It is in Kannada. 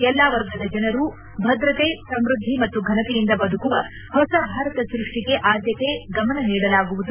ಎಲ್ಲಾ ವರ್ಗದ ಜನರು ಭದ್ರತೆ ಸಮೃದ್ದಿ ಮತ್ತು ಘನತೆಯಿಂದ ಬದುಕುವ ಹೊಸ ಭಾರತ ಸೃಷ್ಷಿಗೆ ಆದ್ದತೆ ಗಮನ ನೀಡಲಾಗುವುದು